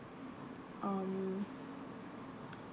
um